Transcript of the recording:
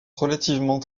relativement